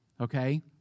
okay